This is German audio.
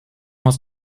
hast